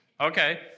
Okay